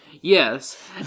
Yes